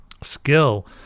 skill